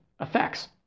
effects